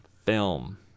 film